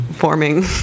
forming